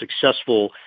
successful